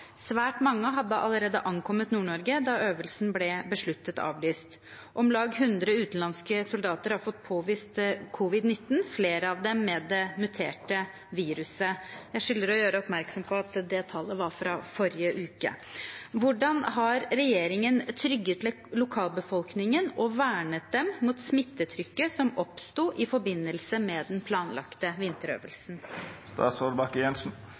Svært mange hadde allerede ankommet Nord-Norge da øvelsen ble besluttet avlyst. Om lag 100 utenlandske soldater har fått påvist covid-19, flere av dem med det muterte viruset. Hvordan har regjeringen trygget lokalbefolkningen og vernet dem mot smittetrykket som oppstod i forbindelse med den planlagte vinterøvelsen?» Jeg skylder å gjøre oppmerksom på at tallet 100 er fra forrige uke.